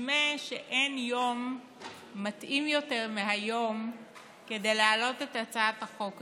נדמה שאין יום מתאים יותר מהיום כדי להעלות את הצעת החוק הזאת.